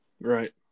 Right